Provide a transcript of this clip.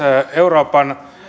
euroopan